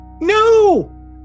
no